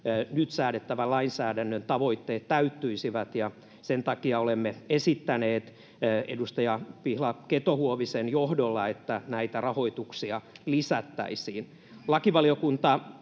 nyt säädettävän lainsäädännön tavoitteet täyttyisivät, ja sen takia olemme esittäneet edustaja Pihla Keto-Huovisen johdolla, että näitä rahoituksia lisättäisiin.